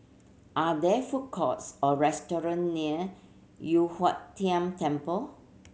are there food courts or restaurant near Yu Huang Tian Temple